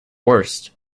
worst